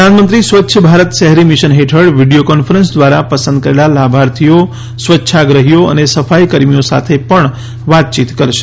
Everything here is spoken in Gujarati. પ્રધાનમંત્રી સ્વચ્છ ભારત શહેરી મિશન હેઠળ વિડીયો કોન્ફરન્સ દ્વારા પસંદ કરેલા લાભાર્થીઓ સ્વચ્છાગ્રહીઓ અને સફાઇકાર્મીઓ સાથે પણ વાતચીત કરશે